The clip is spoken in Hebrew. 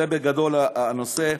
זה, בגדול, הנושא.